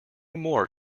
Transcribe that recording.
more